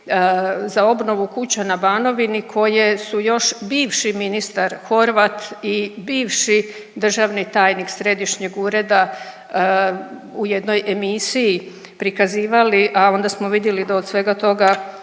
za obnovu kuća na Banovini koje su još bivši ministar Horvat i bivši državni tajnik središnjeg ureda u jednoj emisiji prikazivali, a onda smo vidjeli da od svega toga